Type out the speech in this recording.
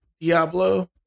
Diablo